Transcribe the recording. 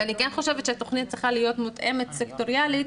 ואני כן חושבת שהתוכנית צריכה להיות מותאמת סקטוריאלית,